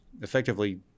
effectively